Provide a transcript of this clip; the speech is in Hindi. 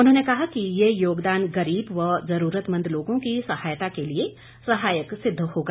उन्होंने कहा कि यह योगदान गरीब व जरूरतमंद लोगों की सहायता के लिए सहायक सिद्ध होगा